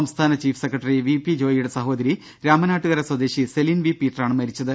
സംസ്ഥാന chief secretary V P ജോയിയുടെ സഹോദരി രാമനാട്ടുകര സ്വദേശി സെലിൻ വി പീറ്ററാണ് മരിച്ചത്